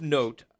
note